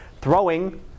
throwing